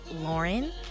lauren